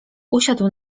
usiadł